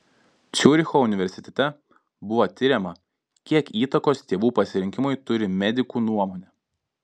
ciuricho universitete buvo tiriama kiek įtakos tėvų pasirinkimui turi medikų nuomonė